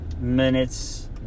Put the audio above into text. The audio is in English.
minutes